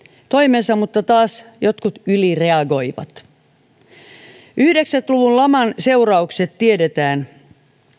toimensa mutta jotkut taas ylireagoivat yhdeksänkymmentä luvun laman seuraukset tiedetään